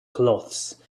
cloths